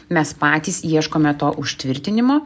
mes patys ieškome to užtvirtinimo